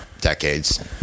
decades